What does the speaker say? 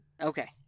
Okay